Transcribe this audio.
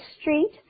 street